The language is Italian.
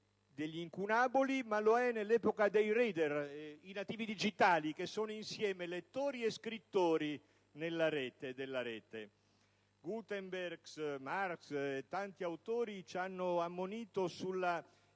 degli incunaboli, ma lo è nell'epoca dei «*Wreader*», i nativi digitali che sono insieme lettori e scrittori, nella Rete, della Rete. Gutenberg, Marx e tanti autori ci hanno ammonito